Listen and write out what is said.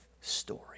story